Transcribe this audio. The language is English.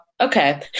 Okay